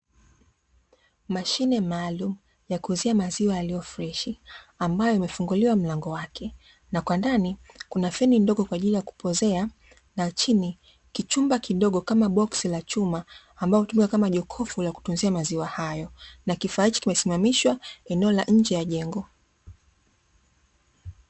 Mashine maalumu ya kuuzia maziwa freshi, ambayo imefunguliwa mlango wake na kwa ndani kuna feni ndogo kwa ajili ya kupozea na chini kichumba kidogo kama boksi la chuma ambalo hutumika kama jokofu la kutunzia maziwa hayo, na kifaa hiki kikiwa kimesimamishwa eneo la je ya jengo.